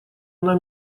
она